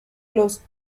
los